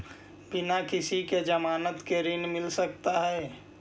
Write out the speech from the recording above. बिना किसी के ज़मानत के ऋण मिल सकता है?